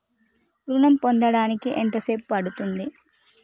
ఋణం పొందడానికి ఎంత సేపు పడ్తుంది?